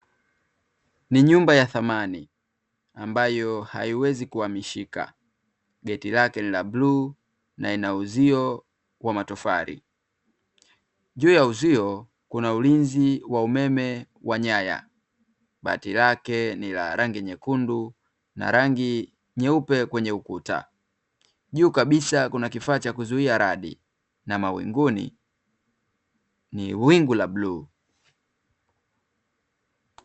Ni nyumba ya thamani, ambayo haiwezi kuhamishika, geti lake ni la bluu na ina uzio wa matofali, juu ya uzio kuna ulinzi wa umeme wa nyaya, bati lake ni la rangi nyekundu na rangi nyeupe kwenye ukuta. Juu kabisa kuna kifaa cha kuzuia radi na mawinguni ni wingu la bluu.